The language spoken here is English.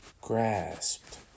grasped